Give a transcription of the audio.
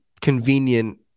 convenient